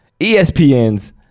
ESPN's